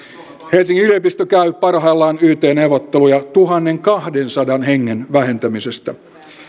helsingin yliopisto käy parhaillaan yt neuvotteluja tuhannenkahdensadan hengen vähentämisestä